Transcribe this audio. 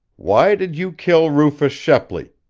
why did you kill rufus shepley?